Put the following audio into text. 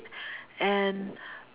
and